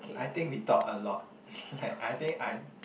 I think we talk a lot like I think I